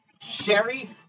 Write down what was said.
Sherry